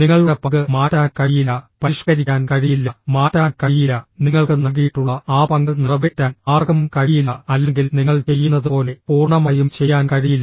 നിങ്ങളുടെ പങ്ക് മാറ്റാൻ കഴിയില്ല പരിഷ്ക്കരിക്കാൻ കഴിയില്ല മാറ്റാൻ കഴിയില്ല നിങ്ങൾക്ക് നൽകിയിട്ടുള്ള ആ പങ്ക് നിറവേറ്റാൻ ആർക്കും കഴിയില്ല അല്ലെങ്കിൽ നിങ്ങൾ ചെയ്യുന്നതുപോലെ പൂർണ്ണമായും ചെയ്യാൻ കഴിയില്ല